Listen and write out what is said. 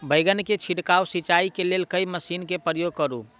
बैंगन केँ छिड़काव सिचाई केँ लेल केँ मशीन केँ प्रयोग करू?